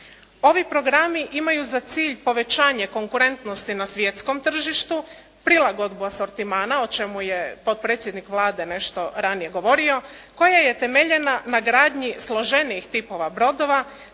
Ovi programi imaju za cilj povećanje konkurentnosti na svjetskom tržištu, prilagodbu asortimana o čemu je potpredsjednik Vlade nešto ranije govorio koja je temeljena na gradnji složenijih tipova brodova,